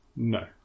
No